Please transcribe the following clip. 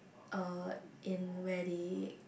uh in where they